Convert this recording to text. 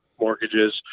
mortgages